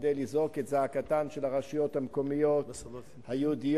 כדי לזעוק את זעקתן של הרשויות המקומיות היהודיות,